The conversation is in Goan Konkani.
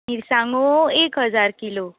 मिरसांगो एक हजार किलो